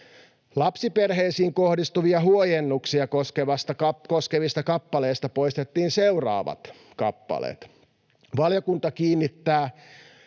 Lapsiperheisiin kohdistuvia huojennuksia koskevista kappaleista poistettiin seuraavat kappaleet: ”Valiokunta kiinnittää